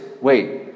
wait